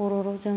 बर' रावजों